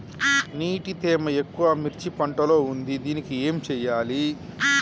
నీటి తేమ ఎక్కువ మిర్చి పంట లో ఉంది దీనికి ఏం చేయాలి?